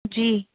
جی